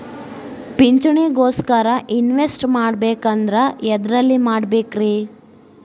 ಪಿಂಚಣಿ ಗೋಸ್ಕರ ಇನ್ವೆಸ್ಟ್ ಮಾಡಬೇಕಂದ್ರ ಎದರಲ್ಲಿ ಮಾಡ್ಬೇಕ್ರಿ?